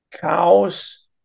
cows